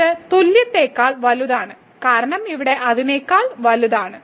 ഇത് തുല്യത്തേക്കാൾ വലുതാണ് കാരണം ഇവിടെ അതിനെക്കാൾ വലുതാണ്